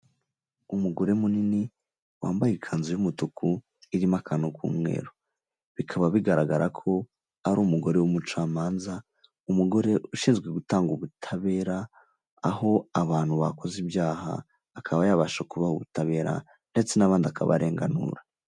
Umugore munini wambaye ikanzu y'umutuku irimo akantu k'umweru bikaba bigaragara ko ari umugore w'umucamanza umugore ushinzwe gutanga ubutabera aho abantu bakoze ibyaha akaba yabasha kuba ubutabera ndetse n'abandi akabarenganura.